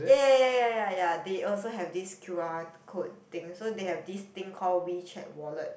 ya ya ya ya ya ya they also have this q_r code thing so they have this thing called WeChat wallet